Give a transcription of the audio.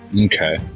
Okay